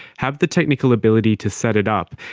have the technical ability to set it up,